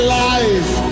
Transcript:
life